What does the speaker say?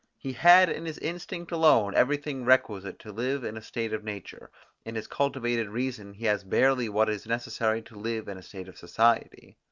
he had in his instinct alone everything requisite to live in a state of nature in his cultivated reason he has barely what is necessary to live in a state of society.